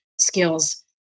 skills